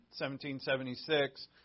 1776